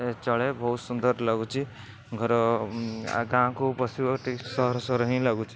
ଚଳେ ବହୁତ ସୁନ୍ଦର ଲାଗୁଛି ଘର ଗାଁକୁ ପଶିବାକୁ ଟିକେ ସହର ସହର ହିଁ ଲାଗୁଛି